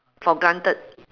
for granted